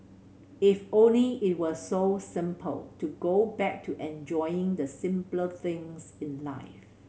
if only it were so simple to go back to enjoying the simpler things in life